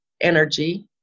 energy